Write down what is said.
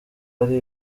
ari